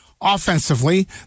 Offensively